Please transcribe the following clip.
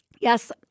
Yes